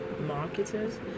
marketers